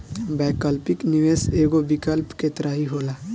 वैकल्पिक निवेश एगो विकल्प के तरही होला